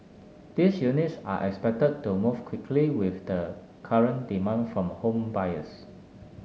these units are expected to move quickly with the current demand from home buyers